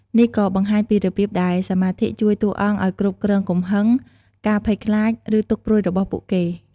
នេះក៏បង្ហាញពីរបៀបដែលសមាធិជួយតួអង្គឱ្យគ្រប់គ្រងកំហឹង ការភ័យខ្លាច ឬទុក្ខព្រួយរបស់ពួកគេ។